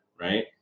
right